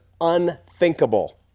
unthinkable